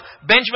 Benjamin